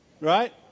Right